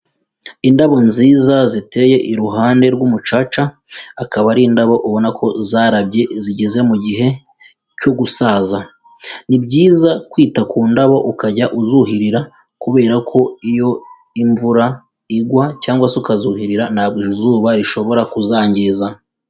Indabo nziza ziteye iruhande rw'umucaca, akaba ari indabo ubona ko zarabye zigeze mu gihe cyo gusaza, ni byiza kwita ku ndabo ukajya uzuhirira kubera ko iyo imvura igwa cyangwa se ukazuhirira ntabwo izuba rishobora kuzangiza.